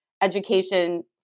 education